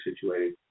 situated